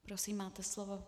Prosím máte slovo.